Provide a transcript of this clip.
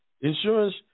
Insurance